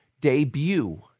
debut